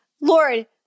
Lord